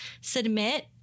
submit